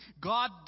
God